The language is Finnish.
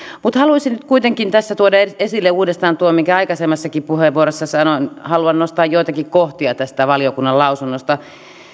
mutta haluaisin nyt kuitenkin tässä tuoda esille uudestaan tuon minkä aikaisemmassakin puheenvuorossa sanoin haluan nostaa joitakin kohtia tästä valiokunnan lausunnosta